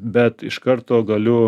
bet iš karto galiu